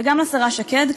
וגם לשרה שקד,